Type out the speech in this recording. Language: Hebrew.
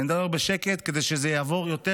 אני מדבר בשקט, כדי שזה יעבור יותר